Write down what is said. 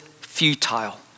futile